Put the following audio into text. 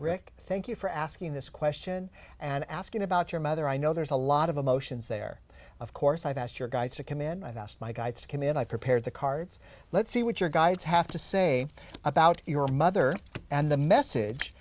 rick thank you for asking this question and asking about your mother i know there's a lot of emotions there of course i've asked your guys to come in and asked my guides to come in and i prepare the cards let's see what your guys have to say about your mother and the message